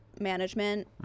management